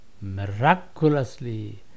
Miraculously